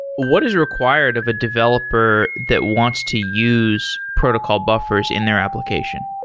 what is required of a developer that wants to use protocol buffers in their application?